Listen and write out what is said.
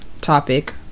topic